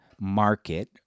market